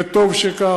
וטוב שכך,